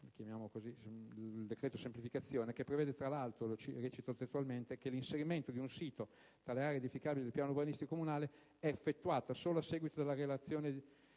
Senato n. 2243 (il "decreto semplificazione") che prevede, tra l'altro - recito testualmente - che «l'inserimento di un sito tra le aree edificabili del piano urbanistico comunale è effettuato solo a seguito della redazione